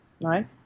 right